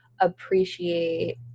appreciate